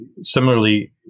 similarly